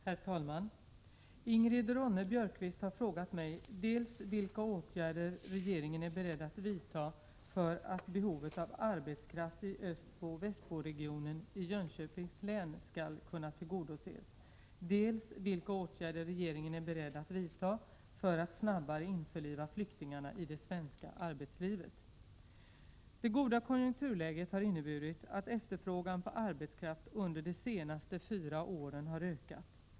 Herr talman! Ingrid Ronne-Björkqvist har frågat mig dels vilka åtgärder regeringen är beredd att vidta för att behovet av arbetskraft i Östbo— Västboregionen i Jönköpings län skall kunna tillgodoses, dels vilka åtgärder regeringen är beredd att vidta för att snabbare införliva flyktingarna i det svenska arbetslivet. Det goda konjunkturläget har inneburit att efterfrågan på arbetskraft under de senaste fyra åren har ökat.